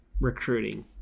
recruiting